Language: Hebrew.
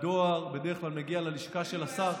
הדואר בדרך כלל מגיע ללשכה של השר,